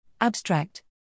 Abstract